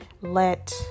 let